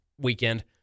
weekend